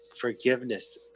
Forgiveness